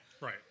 Right